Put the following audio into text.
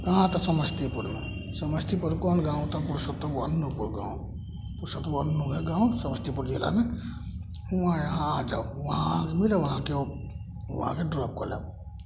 कहाँ तऽ समस्तीपुरमे समस्तीपुर कोन गाँव तऽ पुरुषोत्तमअन्पुर गाँव पुरुषोत्तमअन वएह गाँव समस्तीपुर जिलामे वहाँ अहाँ आ जाउ वहाँ हम मिलब अहाँके हम ओ आके ड्रॉप कऽ लेब